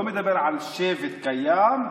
לא מדבר על שבט קיים,